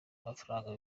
mafaranga